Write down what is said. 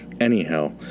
Anyhow